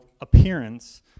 appearance